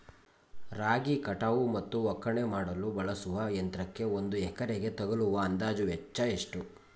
ರಾಗಿ ಕಟಾವು ಮತ್ತು ಒಕ್ಕಣೆ ಮಾಡಲು ಬಳಸುವ ಯಂತ್ರಕ್ಕೆ ಒಂದು ಎಕರೆಗೆ ತಗಲುವ ಅಂದಾಜು ವೆಚ್ಚ ಎಷ್ಟು?